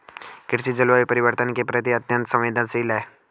कृषि जलवायु परिवर्तन के प्रति अत्यंत संवेदनशील है